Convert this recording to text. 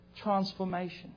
transformation